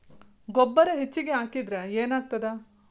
ಗೊಬ್ಬರ ಹೆಚ್ಚಿಗೆ ಹಾಕಿದರೆ ಏನಾಗ್ತದ?